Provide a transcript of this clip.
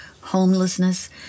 homelessness